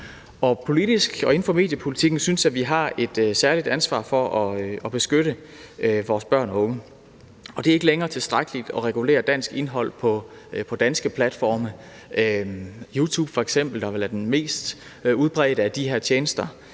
Politisk og inden for mediepolitikken synes jeg, at vi har et særligt ansvar for at beskytte vores børn og unge, og det er ikke længere tilstrækkeligt at regulere dansk indhold på danske platforme. F.eks. opererer YouTube, der vel er den mest udbredte af de her tjenester,